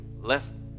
left